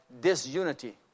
disunity